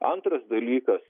antras dalykas